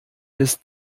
des